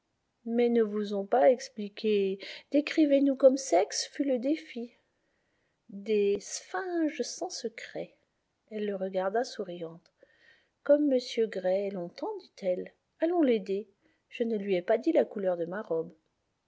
mais ne vous ont pas expliquées décrivez nous comme sexe fut le défi des sphinges sans secret elle le regarda souriante comme m gray est longtemps dit-elle allons l'aider je ne lui ai pas dit la couleur de ma robe